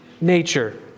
nature